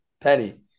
Penny